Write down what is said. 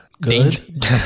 Good